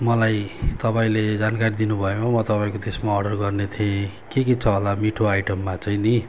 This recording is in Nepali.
मलाई तपाईँले जानकारी दिनुभएमा म तपाईँको त्यसमा अर्डर गर्ने थिएँ के के छ होला मिठो आइटममा चाहिँ नि